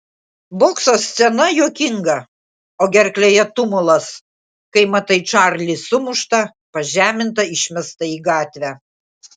bokso scena juokinga o gerklėje tumulas kai matai čarlį sumuštą pažemintą išmestą į gatvę